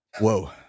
Whoa